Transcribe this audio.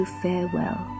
farewell